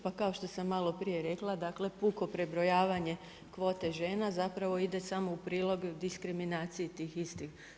Pa kao što sam maloprije rekla, dakle puko prebrojavanje kvote žena zapravo ide samo u prilog diskriminaciji tih istih.